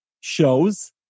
shows